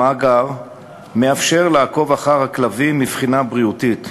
המאגר מאפשר לעקוב אחר הכלבים מבחינה בריאותית,